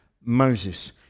Moses